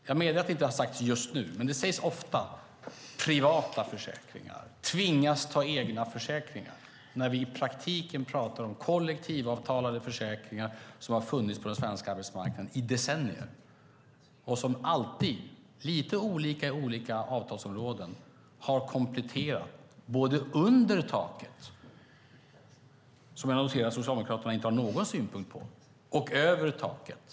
Jag medger att det inte har sagts just nu, men det talas ofta om "privata försäkringar" och att "tvingas ta egna försäkringar" när man i praktiken pratar om kollektivavtalade försäkringar som har funnits på den svenska arbetsmarknaden i decennier och som alltid, lite olika i olika avtalsområden, har kompletterat både det undre taket, som jag noterar att Socialdemokraterna inte har någon synpunkt på, och det övre taket.